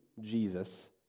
Jesus